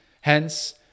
hence